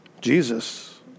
Jesus